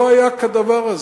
לא היה כדבר הזה.